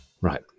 Right